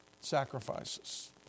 sacrifices